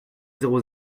zéro